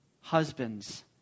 Husbands